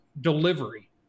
delivery